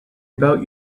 about